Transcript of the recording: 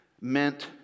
meant